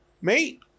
mate